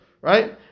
Right